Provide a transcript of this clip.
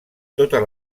totes